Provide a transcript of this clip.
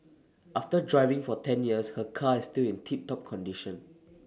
after driving for ten years her car is still in tip top condition